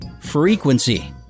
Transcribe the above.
Frequency